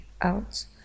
out